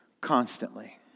constantly